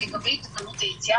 --- הגבלות היציאה,